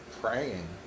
praying